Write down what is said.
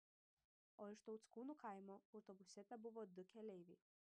o iš tauckūnų kaimo autobuse tebuvo du keleiviai